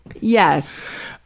Yes